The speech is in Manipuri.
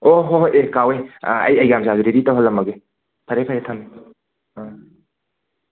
ꯑꯣ ꯍꯣ ꯍꯣꯏ ꯑꯦ ꯀꯥꯎꯋꯦ ꯑꯩ ꯑꯩꯒ꯭ꯌꯥ ꯃꯆꯥꯁꯨ ꯔꯦꯗꯤ ꯇꯧꯍꯜꯂꯝꯃꯒꯦ ꯐꯔꯦ ꯐꯔꯦ ꯊꯝꯃꯦ ꯑ